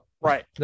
Right